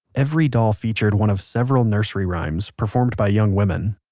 every doll featured one of several nursery rhymes performed by young women.